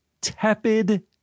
tepid